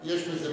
יש בזה משהו.